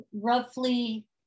roughly